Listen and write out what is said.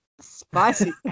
Spicy